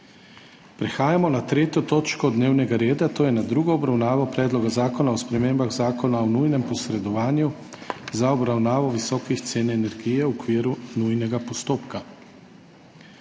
prekinjeno 3. točko dnevnega reda, to je z drugo obravnavo Predloga zakona o spremembah Zakona o nujnem posredovanju za obravnavo visokih cen energije v okviru nujnega postopka**.